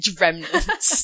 remnants